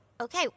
Okay